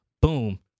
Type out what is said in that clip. boom